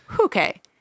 Okay